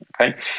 Okay